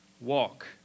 walk